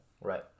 right